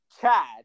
Chad